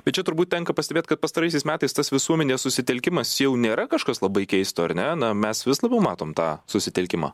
tait čia turbūt tenka pastebėt kad pastaraisiais metais tas visuomenės susitelkimas jau nėra kažkas labai keisto ar ne na mes vis labiau matom tą susitelkimą